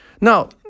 Now